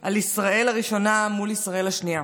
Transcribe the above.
על ישראל הראשונה מול ישראל השנייה.